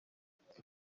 knowless